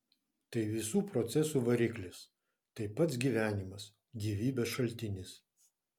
tai visų procesų variklis tai pats gyvenimas gyvybės šaltinis